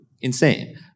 insane